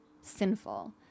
sinful